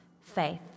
faith